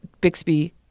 Bixby –